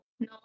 No